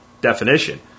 definition